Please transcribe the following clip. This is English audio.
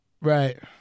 Right